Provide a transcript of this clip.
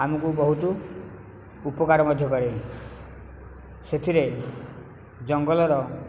ଆମକୁ ବହୁତ ଉପକାର ମଧ୍ୟ କରେ ସେଥିରେ ଜଙ୍ଗଲର